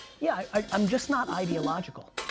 yeah, i'm just not ideological.